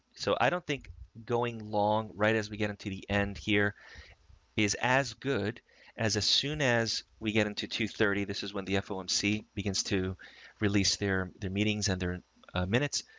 so i don't think going long, right, as we get into the end here is as good as, as soon as we get into two thirty, this is when the fomc begins to release their, their meetings and their minutes,